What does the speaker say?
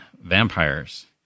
vampires